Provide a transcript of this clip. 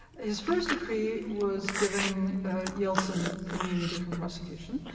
his first decree was giving yeltsin immunity from prosecution,